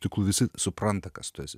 tik visi supranta kas tu esi